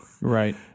Right